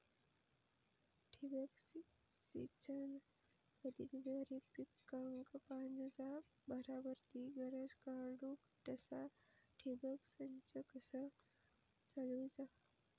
ठिबक सिंचन पद्धतीद्वारे पिकाक पाण्याचा बराबर ती गरज काडूक तसा ठिबक संच कसा चालवुचा?